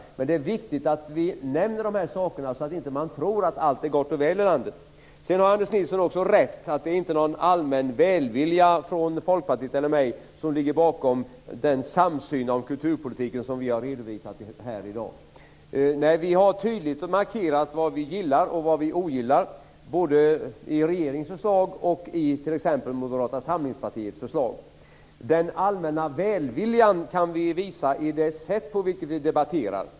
Men det är viktigt att vi nämner dessa saker så att man inte tror att allt är gott och väl i landet. Anders Nilsson har rätt i att det inte är någon välvilja från Folkpartiet eller mig som ligger bakom den samsyn i kulturpolitiken som jag har redovisat här i dag. Men vi har tydligt markerat vad vi gillar och ogillar både i regeringens förslag och i t.ex. Moderata samlingspartiets förslag. Den allmänna välviljan kan vi visa i det sätt på vilket vi debatterar.